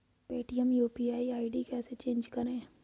Paytm UPI ID कैसे change करें?